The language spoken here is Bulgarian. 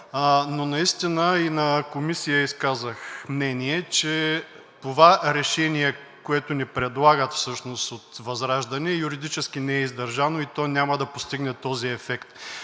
Но наистина – и на Комисията изказах мнение, че това решение, което ни предлагат от ВЪЗРАЖДАНЕ, юридически не е издържано и то няма да постигне този ефект.